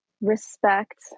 respect